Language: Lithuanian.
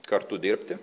kartu dirbti